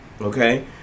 okay